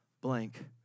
blank